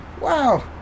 wow